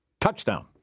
touchdown